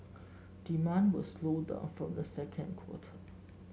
demand will slow down from the second quarter